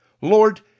Lord